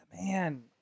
man